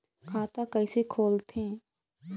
खाता कइसे खोलथें?